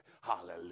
Hallelujah